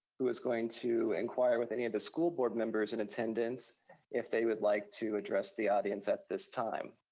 who is going to inquire with any of the school board members in attendance if they would like to address the audience at this time.